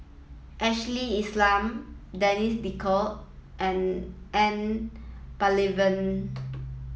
Ashley Isham Denis D'Cotta and N Palanivelu